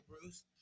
Bruce